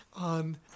on